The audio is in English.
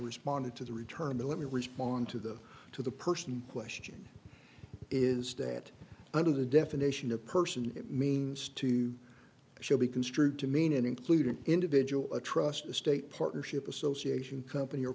responded to the return to let me respond to the to the person question is that under the definition of person it means to show be construed to mean an include an individual a trust the state partnership association company or